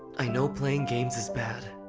i know playing games is bad,